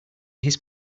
his